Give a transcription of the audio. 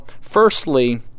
firstly